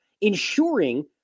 Ensuring